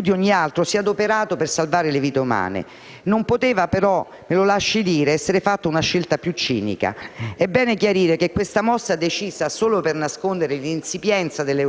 di ogni altro si è adoperato per salvare vite umane. Non poteva però, me lo lasci dire, essere fatta una scelta più cinica. È bene chiarire che questa mossa decisa solo per nascondere l'insipienza dell'Europa